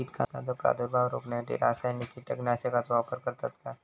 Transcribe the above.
कीटकांचो प्रादुर्भाव रोखण्यासाठी रासायनिक कीटकनाशकाचो वापर करतत काय?